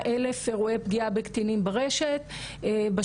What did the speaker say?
ויש לנו פה פגיעות שהן גם אזרחיות,